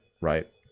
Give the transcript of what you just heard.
right